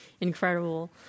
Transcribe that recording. incredible